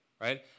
right